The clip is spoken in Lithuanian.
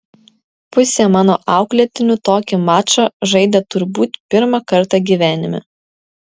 pusė mano auklėtinių tokį mačą žaidė turbūt pirmą kartą gyvenime